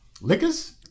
Liquors